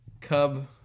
Cub